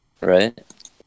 Right